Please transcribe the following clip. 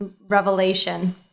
revelation